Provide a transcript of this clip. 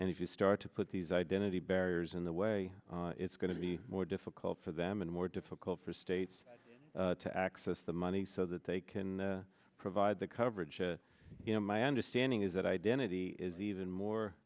and if you start to put these identity barriers in the way it's going to be more difficult for them and more difficult for states to access the money so that they can provide the coverage in my understanding is that identity is even more